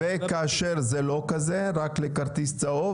וכאשר זה לא כזה רק לכרטיס צהוב,